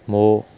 ମୋ